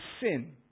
sin